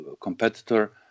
competitor